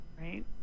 right